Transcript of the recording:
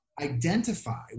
identify